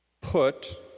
put